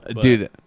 Dude